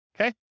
okay